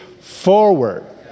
forward